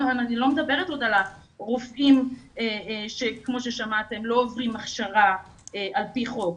אני לא מדברת עוד על הרופאים שכמו ששמעתם לא עוברים הכשרה על פי חוק,